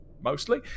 mostly